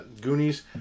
Goonies